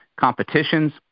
competitions